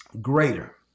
greater